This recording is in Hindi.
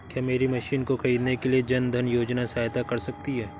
क्या मेरी मशीन को ख़रीदने के लिए जन धन योजना सहायता कर सकती है?